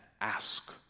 ask